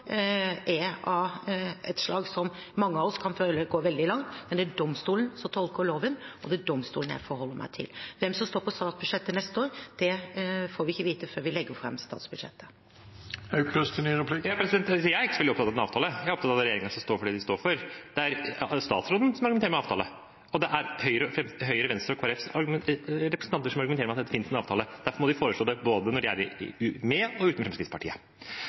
er av et slag som mange av oss kan føle kan gå veldig langt, men det er domstolene som tolker loven, og det er domstolene jeg forholder meg til. Hva som står på statsbudsjettet neste år, får vi ikke vite før vi legger fram statsbudsjettet. Jeg er ikke veldig opptatt av en avtale. Jeg er opptatt av at regjeringen skal stå for det den står for. Det er statsråden som argumenterer med en avtale. Og det er Høyre, Venstre og Kristelig Folkepartis representanter som argumenterer med at det finnes en avtale, og at de derfor må foreslå det når de er både med og uten Fremskrittspartiet.